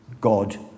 God